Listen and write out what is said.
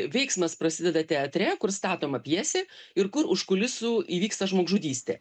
veiksmas prasideda teatre kur statoma pjesė ir kur už kulisų įvyksta žmogžudystė